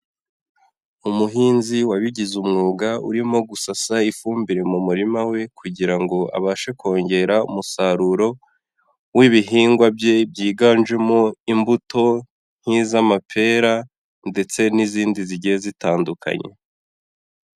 Umuhinzi wabigize umwuga urimo gusasa ifumbire mu murima we, kugira ngo abashe kongera umusaruro w'ibihingwa bye byiganjemo imbuto nk'iz'amapera, ndetse n'izindi zigiye zitandukanye.